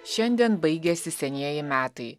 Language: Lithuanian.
šiandien baigiasi senieji metai